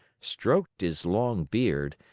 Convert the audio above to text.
stroked his long beard,